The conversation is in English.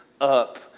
up